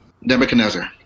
Nebuchadnezzar